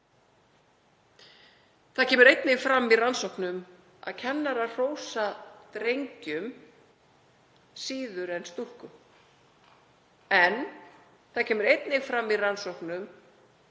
Það kemur einnig fram í rannsóknum að kennarar hrósa drengjum síður en stúlkum en það kemur einnig fram í rannsóknum